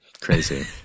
crazy